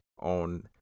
on